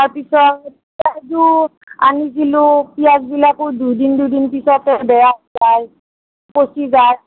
তাৰ পিছত পিঁয়াজো আনিছিলোঁ পিঁয়াজবিলাকো দুইদিন দুইদিন পিছতে বেয়া হৈ যায় পচি যায়